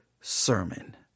sermon